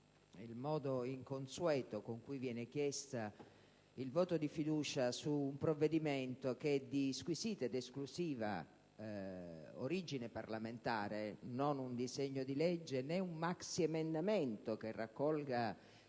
il modo inconsueto con cui viene chiesto il voto di fiducia su un provvedimento che è di squisita ed esclusiva origine parlamentare, dal momento che né un disegno di legge né un maxiemendamento che raccolga